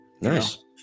nice